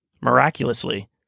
miraculously